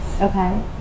Okay